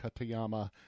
Katayama